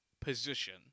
position